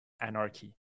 anarchy